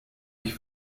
mich